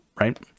right